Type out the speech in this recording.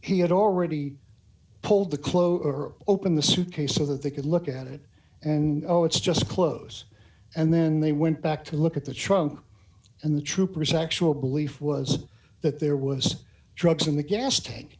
area he had already told the clothes or open the suitcase so that they could look at it and oh it's just close and then they went back to look at the trunk and the troopers actual belief was that there was drugs in the gas tank